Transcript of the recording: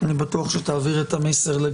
אני בטוח שתעביר את המסר.